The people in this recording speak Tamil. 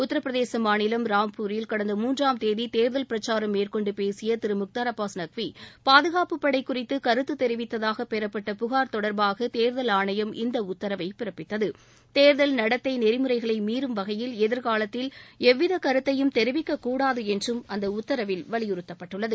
உத்திரபிரதேச மாநிலம் ராம்பூரில் கடந்த மூன்றாம் தேதி தேர்தல் பிரச்சாரம் மேற்கொண்டு பேசிய திரு முக்தார் அபாஸ் நக்வி பாதுகாப்புப் படை குறித்து கருத்து தெரிவித்தாக பெறப்பட்ட புகார் தொடர்பாக தேர்தல் ஆணையம் இந்த உத்தரவை பிறப்பித்தவ தேர்தல் நடத்தை நெறிமுறைகளை மீறும் வகையில் எதிர்காலத்தில் எவ்வித கருத்தையும் தெிவிக்க்கூடாது என்றும் அந்த உத்தரவில் வலியுறுத்தப்பட்டுள்ளது